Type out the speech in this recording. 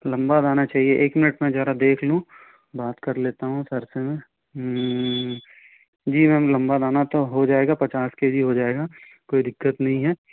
लम्बा दाना चाहिए एक मिनट मैं ज़रा देख लूँ बात कर लेता हूँ सर से मैं जी मैम लम्बा दाना तो हो जाएगा पचास के जी हो जाएगा कोई दिक्कत नहीं है